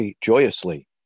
joyously